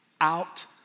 out